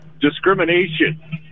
discrimination